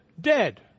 dead